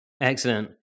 Excellent